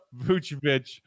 Vucevic